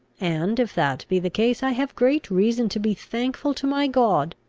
and, if that be the case, i have great reason to be thankful to my god,